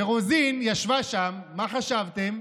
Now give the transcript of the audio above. ורוזין ישבה שם, מה חשבתם,